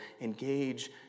engage